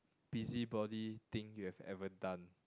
busybody thing you have ever done